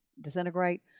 disintegrate